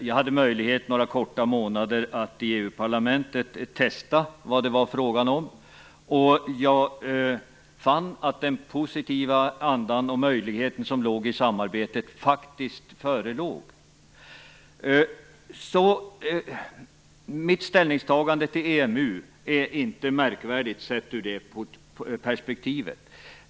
Jag hade möjlighet att några korta månader i EU-parlamentet testa vad det var frågan om. Jag fann att den positiva andan och möjligheten som låg i samarbetet faktiskt förelåg. Mitt ställningstagande till EMU är inte märkvärdigt sett ur det perspektivet.